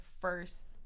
first